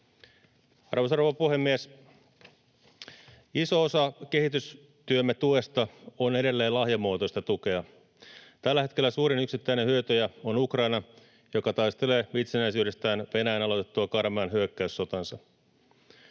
Arvoisa rouva puhemies! Iso osa kehitystyömme tuesta on edelleen lahjamuotoista tukea. Tällä hetkellä suurin yksittäinen hyötyjä on Ukraina, joka taistelee itsenäisyydestään Venäjän aloitettua karmean hyökkäyssotansa.